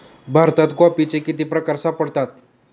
भारतात कॉफीचे किती प्रकार सापडतात?